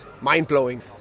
Mind-blowing